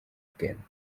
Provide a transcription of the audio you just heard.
again